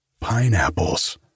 pineapples